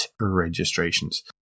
registrations